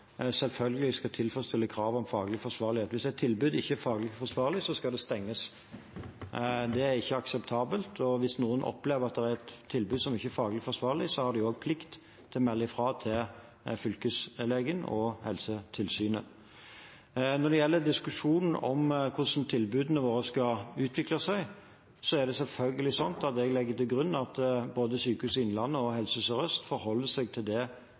selvfølgelig skal tilfredsstille kravet om faglig forsvarlighet. Hvis et tilbud ikke er faglig forsvarlig, skal det stenges. Det er ikke akseptabelt, og hvis noen opplever at det er et tilbud som ikke er faglig forsvarlig, har de også plikt til å melde fra til fylkeslegen og Helsetilsynet. Når det gjelder diskusjonen om hvordan tilbudene våre skal utvikle seg, legger jeg selvfølgelig til grunn at både Sykehuset Innlandet og Helse Sør-Øst forholder seg til det